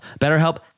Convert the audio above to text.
BetterHelp